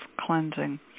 cleansing